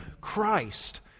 Christ